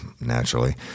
naturally